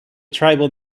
tribal